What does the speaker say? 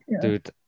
dude